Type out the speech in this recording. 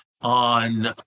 on